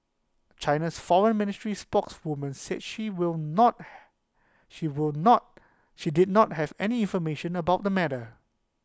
China's Foreign Ministry spokeswoman said she will not she will not she did not have any information about the matter